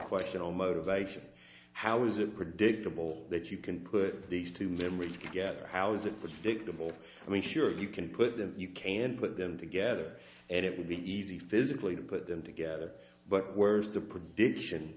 question on motivation how is it predictable that you can put these two memories together how's it predictable i mean sure you can put them you can put them together and it would be easy physically to put them together but where's the